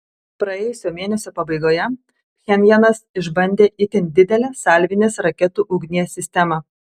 praėjusio mėnesio pabaigoje pchenjanas išbandė itin didelę salvinės raketų ugnies sistemą